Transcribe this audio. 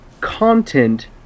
content